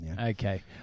Okay